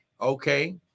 Okay